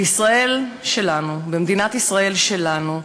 בישראל שלנו, במדינת ישראל שלנו,